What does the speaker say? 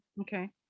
okay